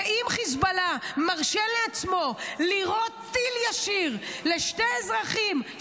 ואם חיזבאללה מרשה לעצמו לירות טיל ישיר על שני אזרחים,